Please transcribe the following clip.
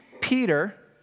Peter